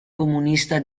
comunista